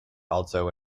also